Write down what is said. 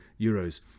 euros